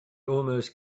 almost